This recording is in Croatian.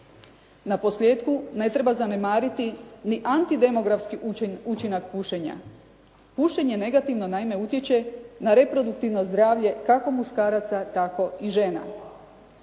Naposljetku ne treba zanemariti niti antidemografski učinak pušenja. Pušenje negativno naime utječe na reproduktivno zdravlje kako muškaraca tako i žena.